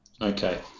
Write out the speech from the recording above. Okay